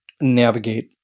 navigate